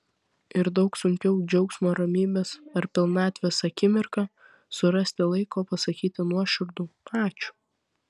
ir daug sunkiau džiaugsmo ramybės ar pilnatvės akimirką surasti laiko pasakyti nuoširdų ačiū